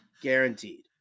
Guaranteed